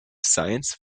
science